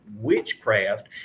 witchcraft